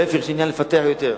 להיפך, יש עניין לפתח יותר.